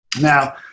now